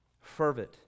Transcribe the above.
Fervent